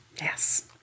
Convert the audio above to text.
Yes